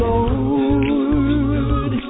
Lord